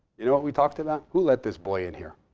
you know what we talked about? who let this boy in here?